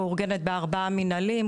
מאורגנת בארבע מנהלים,